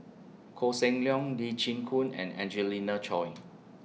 Koh Seng Leong Lee Chin Koon and Angelina Choy